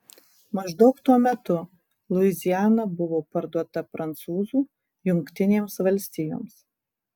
maždaug tuo metu luiziana buvo parduota prancūzų jungtinėms valstijoms